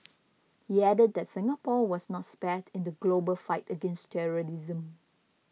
he added that Singapore was not spared in the global fight against terrorism